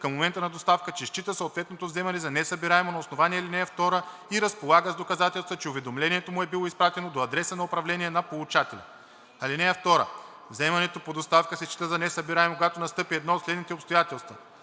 към момента на доставка, че счита съответното вземане за несъбираемо на основание ал. 2 и разполага с доказателства, че уведомлението му е било изпратено до адреса на управление на получателя. (2) Вземането по доставка се счита за несъбираемо, когато настъпи едно от следните обстоятелства: